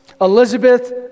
Elizabeth